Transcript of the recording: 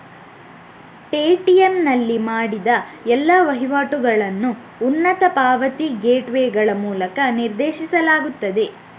Paytm ನಲ್ಲಿ ಮಾಡಿದ ಎಲ್ಲಾ ವಹಿವಾಟುಗಳನ್ನು ಉನ್ನತ ಪಾವತಿ ಗೇಟ್ವೇಗಳ ಮೂಲಕ ನಿರ್ದೇಶಿಸಲಾಗುತ್ತದೆ